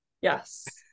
Yes